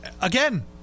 Again